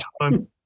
time